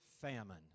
famine